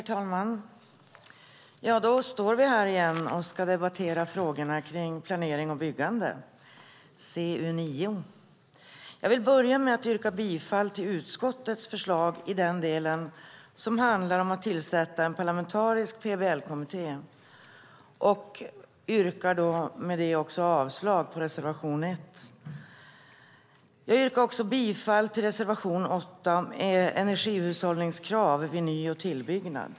Då står vi här igen och ska debattera frågorna om planering och byggande, CU9. Jag vill börja med att yrka bifall till utskottets förslag i den delen som handlar om att tillsätta en parlamentarisk PBL-kommitté och yrkar med det också avslag på reservation 1. Jag yrkar också bifall till reservation 8, Energihushållningskrav vid ny och tillbyggnad.